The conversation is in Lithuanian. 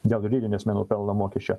dėl juridinių asmenų pelno mokesčio